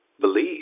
believe